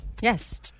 Yes